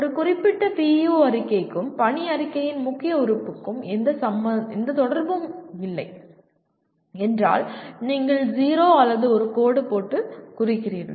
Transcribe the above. ஒரு குறிப்பிட்ட PEO அறிக்கைக்கும் பணி அறிக்கையின் முக்கிய உறுப்புக்கும் எந்த தொடர்பும் இல்லை என்றால் நீங்கள் 0 அல்லது ஒரு கோடு போட்டு குறிக்கிறீர்கள்